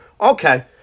Okay